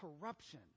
corruption